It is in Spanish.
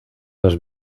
las